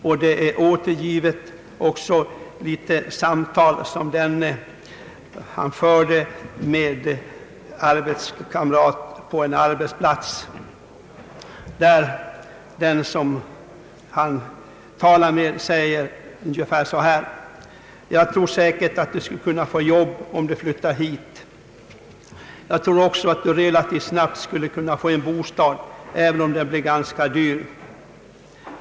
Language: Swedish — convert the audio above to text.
I artikeln är återgivet ett samtal som den arbetssökande hade med en kamrat på en arbetsplats. Denne säger ungefär så här: »Jag tror säkert att du skulle kunna få jobb om du flyttade hit. Jag tror också att du relativt snabbt skulle kunna få en bostad även om den blir ganska dyr.